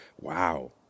wow